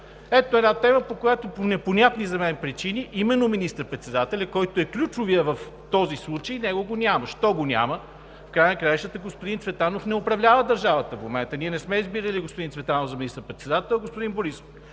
Ето една тема, по която по непонятни за мен причини, именно министър председателят, който е ключовият в този случай, го няма. Защо го няма? В края на краищата господин Цветанов не управлява държавата в момента – ние не сме избирали господин Цветанов за министър-председател, а господин Борисов.